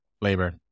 labor